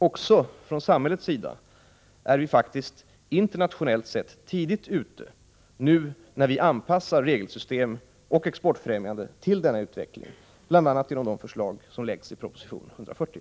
Också från samhällets sida är vi internationellt sett tidigt ute, nu när vi anpassar regelsystem och exportfrämjande till denna utveckling bl.a. genom förslagen i proposition 140.